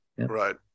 Right